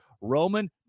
Roman